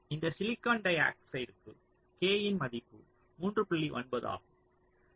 இந்தசிலிக்கான் டைஆக்சைடுக்கு k இன் மதிப்பு 3